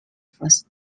first